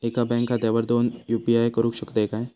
एका बँक खात्यावर दोन यू.पी.आय करुक शकतय काय?